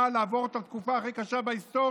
כדי לעבור את התקופה הכי קשה בהיסטוריה,